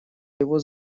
его